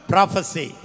Prophecy